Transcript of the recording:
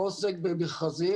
לא עוסק במכרזים,